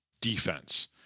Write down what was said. defense